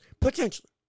Potentially